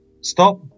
Stop